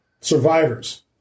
survivors